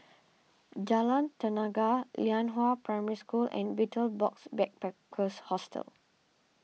Jalan Tenaga Lianhua Primary School and Betel Box Backpackers Hostel